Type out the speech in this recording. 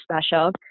special